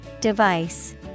Device